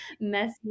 messy